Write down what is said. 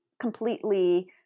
completely